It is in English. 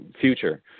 future